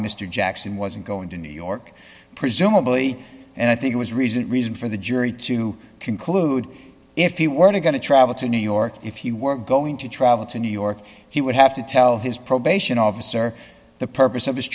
mr jackson wasn't going to new york presumably and i think it was reason reason for the jury to conclude if you were going to travel to new york if you were going to travel to new york he would have to tell his probation officer the purpose of his